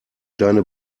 deine